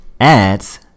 adds